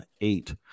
eight